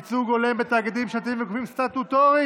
ייצוג הולם בתאגידים ממשלתיים וגופים סטטוטוריים),